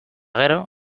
gero